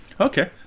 Okay